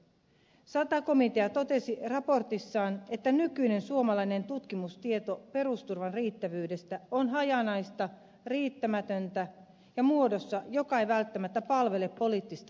sata komitea totesi raportissaan että nykyinen suomalainen tutkimustieto perusturvan riittävyydestä on hajanaista riittämätöntä ja muodossa joka ei välttämättä palvele poliittista päätöksentekoa